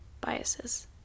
biases